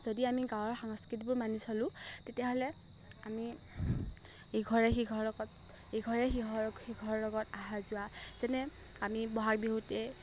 যদি আমি গাঁৱৰ সাংস্কৃতিবোৰ মানি চলোঁ তেতিয়াহ'লে আমি ইঘৰে সিঘৰ লগত ইঘৰে সিহৰ সিঘৰ লগত আহা যোৱা যেনে আমি বহাগ বিহুতেই